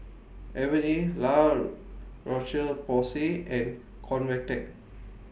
Avene La Roche Porsay and Convatec